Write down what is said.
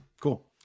Cool